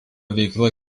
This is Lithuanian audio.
veikla